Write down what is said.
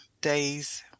days